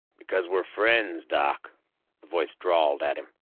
because we're friends, doc, the voice drawled at him.